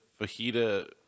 Fajita